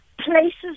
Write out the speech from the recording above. places